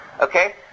Okay